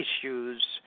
issues